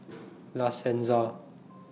La Senza